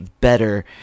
better